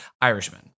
Irishman